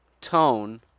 Tone